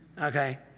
Okay